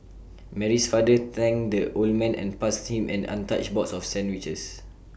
Mary's father thanked the old man and passed him an untouched box of sandwiches